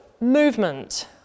movement